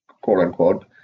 quote-unquote